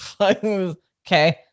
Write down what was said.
okay